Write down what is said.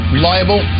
Reliable